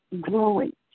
growing